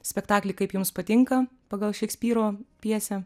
spektaklį kaip jums patinka pagal šekspyro pjesę